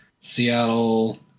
Seattle